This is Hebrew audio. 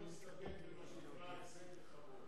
אני חושב שאנחנו נסתפק במה שנקרא הפסד בכבוד.